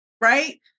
Right